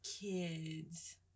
kids